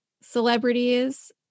celebrities